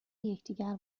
یکدیگر